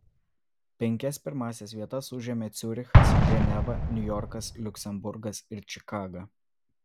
penkias pirmąsias vietas užėmė ciurichas ženeva niujorkas liuksemburgas ir čikaga